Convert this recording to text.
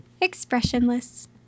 Expressionless